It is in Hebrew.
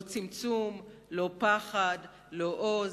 לא צמצום, לא פחד, לא עוז,